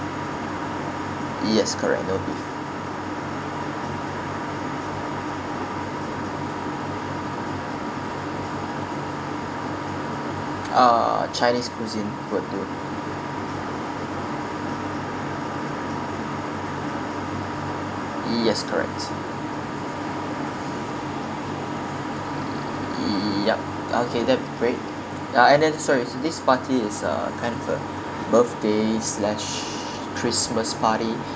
yes correct no beef ah chinese cuisines will do yes correct yup okay that will be great ya and then sorry this party is a kind of a birthday slash christmas party